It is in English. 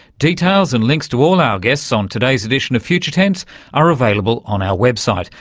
details and links to all our guests on today's edition of future tense are available on our website.